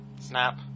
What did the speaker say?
Snap